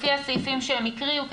לפי הסעיפים שהם הקריאו,